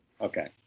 Okay